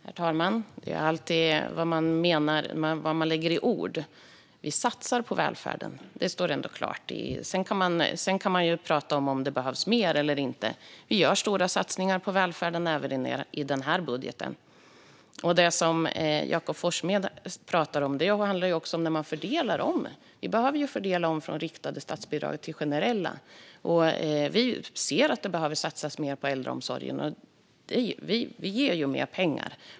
Herr talman! Det handlar alltid om vad man lägger i ord. Vi satsar på välfärden. Detta står ändå klart. Sedan kan man tala om ifall det behövs mer eller inte. Vi gör stora satsningar på välfärden även i denna budget. Det som Jakob Forssmed talar om handlar om att fördela om. Vi behöver omfördela riktade statsbidrag till generella. Vi ser att det behöver satsas mer på äldreomsorgen, och vi ger mer pengar.